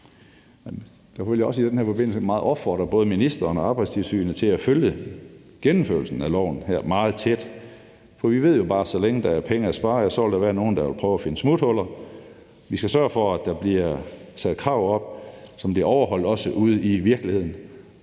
Derfor vil jeg også i den her forbindelse kraftigt opfordre både ministeren og Arbejdstilsynet til at følge gennemførelsen af lovforslaget meget tæt. For vi ved jo bare, at så længe der er penge at spare, vil der være nogle, der vil prøve at finde smuthuller. Vi skal sørge for, at der bliver sat krav op, som også bliver overholdt ude i virkeligheden,